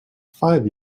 five